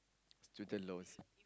student loans